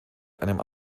einem